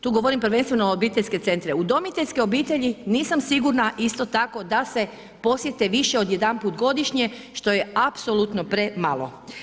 Tu govorim prvenstvo o obiteljskim centrima, udomiteljske obitelji, nisam sigurna isto tako da se da se posjete više odjedanput godišnje što je apsolutno premalo.